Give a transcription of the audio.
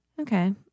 Okay